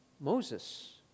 Moses